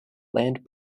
land